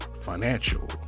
financial